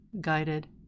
guided